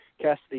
Cassidy